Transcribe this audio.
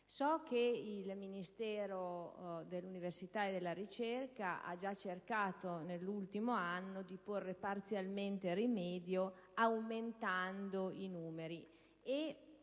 So che il Ministero dell'università e della ricerca ha già cercato nell'ultimo anno di porre parzialmente rimedio aumentando i numeri.